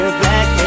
black